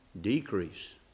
decrease